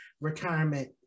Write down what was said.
retirement